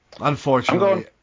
Unfortunately